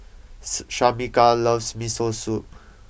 Shameka loves Miso Soup